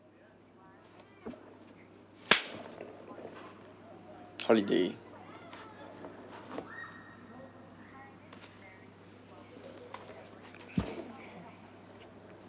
holiday